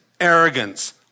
arrogance